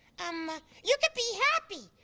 um you can be happy.